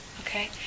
Okay